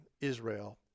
Israel